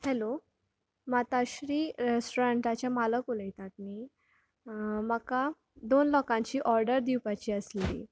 hello Matashri रॅसटोरंटाचे मालक उलयतात न्ही म्हाका दोन लोकांची ऑर्डर दिवपाची आसली